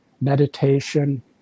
meditation